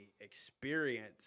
experience